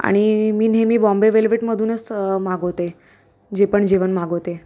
आणि मी नेहमी बॉम्बे वेल्वेटमधूनच मागवते जे पण जेवण मागवते